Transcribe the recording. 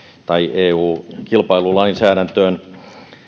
tai eu kilpailulainsäädäntöön